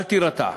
אל תירתע,